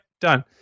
Done